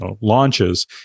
launches